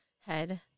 head